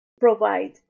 provide